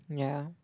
ya